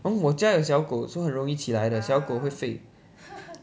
oh 我家有小狗 so 很容易起来的小狗会费